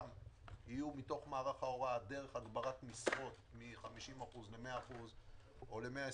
יהיו מתוך מערך ההוראה דרך הגברת משרות מ-50% ל-100% או ל-120%,